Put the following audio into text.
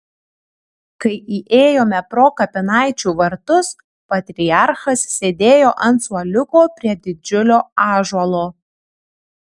kai įėjome pro kapinaičių vartus patriarchas sėdėjo ant suoliuko prie didžiulio ąžuolo